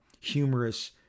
humorous